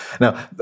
Now